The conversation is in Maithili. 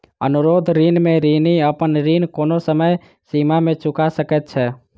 अनुरोध ऋण में ऋणी अपन ऋण कोनो समय सीमा में चूका सकैत छै